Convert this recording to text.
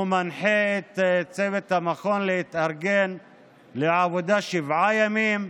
מנחה את צוות המכון להתארגן לעבודה שבעה ימים.